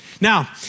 Now